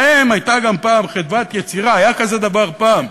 להם הייתה פעם גם חדוות יצירה, היה כזה דבר פעם,